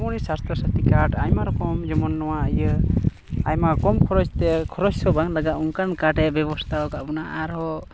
ᱥᱟᱥᱛᱷᱚ ᱥᱟᱛᱷᱤ ᱠᱟᱨᱰ ᱟᱭᱢᱟ ᱨᱚᱠᱚᱢ ᱡᱮᱢᱚᱱ ᱱᱚᱣᱟ ᱤᱭᱟᱹ ᱟᱭᱢᱟ ᱠᱚᱢ ᱠᱷᱚᱨᱚᱪ ᱛᱮ ᱠᱷᱚᱨᱚᱪ ᱦᱚᱸ ᱵᱟᱝ ᱞᱟᱜᱟᱜᱼᱟ ᱚᱱᱠᱟᱱ ᱠᱟᱨᱰ ᱮ ᱵᱮᱵᱚᱥᱛᱷᱟ ᱟᱠᱟᱫ ᱵᱚᱱᱟ ᱟᱨᱦᱚᱸ